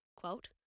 quote